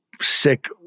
sick